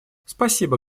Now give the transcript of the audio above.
спасибо